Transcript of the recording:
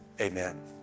Amen